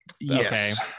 Yes